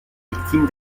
victime